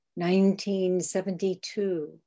1972